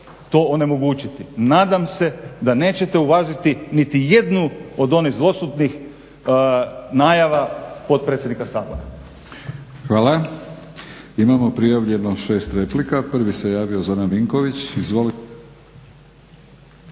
to onemogućiti. Nadam se da nećete uvažiti niti jednu od onih zlosutnih najava potpredsjednika Sabora.